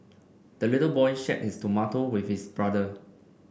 the little boy shared his tomato with his brother